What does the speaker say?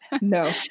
no